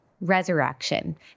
resurrection